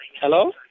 Hello